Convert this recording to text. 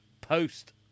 post